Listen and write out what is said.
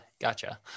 gotcha